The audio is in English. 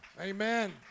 Amen